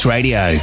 Radio